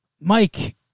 Mike